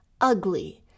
ugly